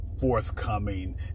forthcoming